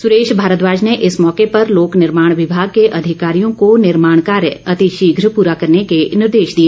सुरेश भारद्वाज ने इस मौके पर लोक निर्माण विभाग के अधिकारियों को निर्माण कार्य अतिशीघ्र पूरा करने के निर्देश दिए